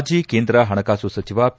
ಮಾಜಿ ಕೇಂದ್ರ ಹಣಕಾಸು ಸಚಿವ ಪಿ